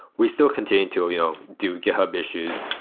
we still continue to ah you know do github issues.